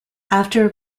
after